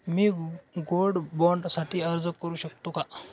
मी gold bond साठी अर्ज करु शकते का?